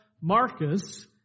Marcus